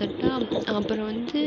தட்டா அப்புறம் வந்து